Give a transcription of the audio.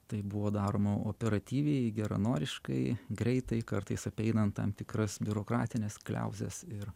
tai buvo daroma operatyviai geranoriškai greitai kartais apeinant tam tikras biurokratines kliauzes ir